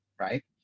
Right